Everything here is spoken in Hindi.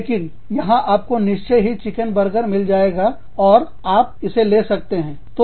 लेकिन यहां आपको निश्चय ही चिकन बर्गर मिल जाएगा और आप इसे ले सकते हैं